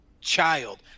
child